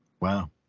Wow